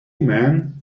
men